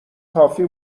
کافی